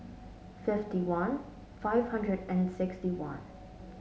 fifty one five hundred and sixty one